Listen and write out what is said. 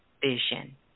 vision